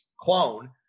clone